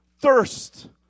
thirst